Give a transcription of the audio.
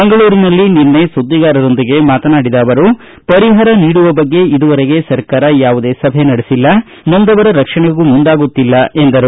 ಮಂಗಳೂರಿನಲ್ಲಿ ನಿನ್ನೆ ಸುದ್ದಿಗಾರರೊಂದಿಗೆ ಮಾತನಾಡಿದ ಅವರು ಪರಿಪಾರ ನೀಡುವ ಬಗ್ಗೆ ಇದುವರೆಗೆ ಸರ್ಕಾರ ಯಾವುದೆ ಸಭೆ ಮಾಡಿಲ್ಲ ನೊಂದವರ ರಕ್ಷಣೆಗೂ ಮುಂದಾಗುತ್ತಿಲ್ಲ ಎಂದರು